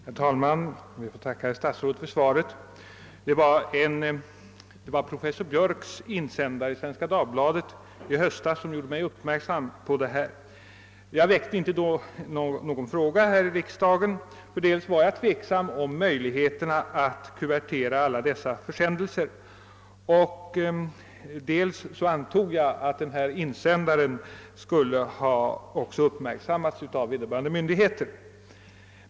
Herr talman! Jag ber att få tacka statsrådet för svaret på min fråga. Det var en insändare av professor Biörck i Svenska Dagbladet i höstas som gjorde mig uppmärksam på det spörsmål jag nu tagit upp. Jag framställde inte då någon fråga här i riksdagen dels emedan jag var tveksam om möjligheterna att kuvertera alla de försändelser det gäller, dels emedan jag antog att insändaren i fråga också skulle ha uppmärksammats av vederbörande myndigheter.